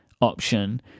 option